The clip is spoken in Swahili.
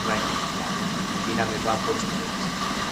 rangi ya kijani. Mwengine amevaa koti jeusi.